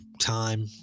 time